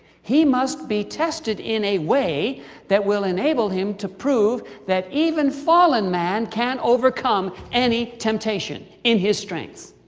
he must be tested in a way that will enable him to prove that even a fallen man can overcome any temptation in his strength.